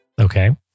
Okay